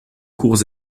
cours